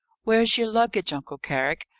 where's your luggage, uncle carrick?